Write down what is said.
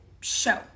show